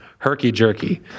Herky-jerky